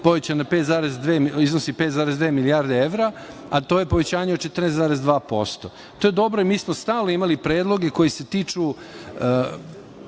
povećan, iznosi 5,2 milijarde evra, a to je povećanje od 14,2%. To je dobro i mi smo stalno imali predloge koji se tiču